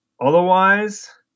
Otherwise